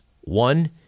One